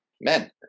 men